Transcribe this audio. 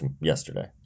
yesterday